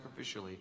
sacrificially